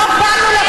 לא באנו לפה לג'ובים.